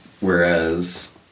Whereas